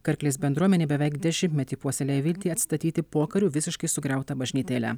karklės bendruomenė beveik dešimtmetį puoselėja viltį atstatyti pokariu visiškai sugriautą bažnytėlę